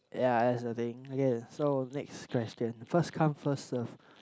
ya that's the thing okay so next question first come first serve